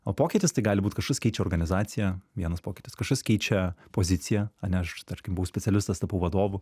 o pokytis tai gali būt kažkas keičia organizaciją vienas pokytis kažkas keičia poziciją ane aš tarkim specialistas tapau vadovu